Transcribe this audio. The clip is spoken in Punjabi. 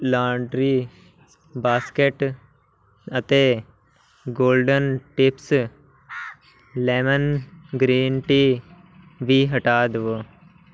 ਲਾਂਡਰੀ ਬਾਸਕਿਟ ਅਤੇ Golden Tips lemon green tea ਵੀ ਹਟਾ ਦਵੋ